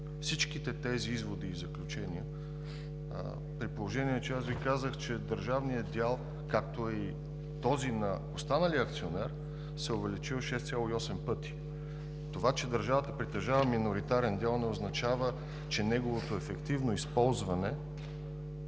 всичките тези изводи и заключения, при положение че Ви казах, че държавният дял и делът на останалия акционер се е увеличил 6,8 пъти. Това, че държавата притежава миноритарен дял не означава, че неговото ефективно използване